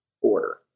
order